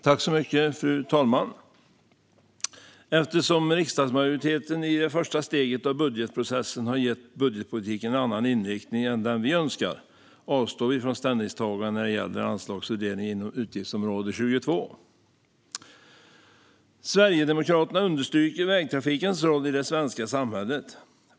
Fru talman! Eftersom riksdagsmajoriteten i det första steget i budgetprocessen har gett budgetpolitiken en annan inriktning än den vi önskar avstår vi från ställningstagande när det gäller anslagsfördelningen inom utgiftsområde 22. Sverigedemokraterna understryker vägtrafikens roll i det svenska samhället.